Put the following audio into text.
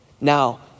Now